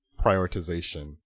prioritization